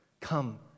come